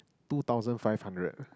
two thousand five hundred